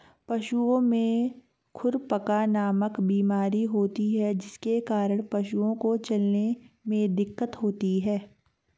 पशुओं में खुरपका नामक बीमारी होती है जिसके कारण पशुओं को चलने में दिक्कत होती है